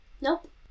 Nope